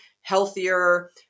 healthier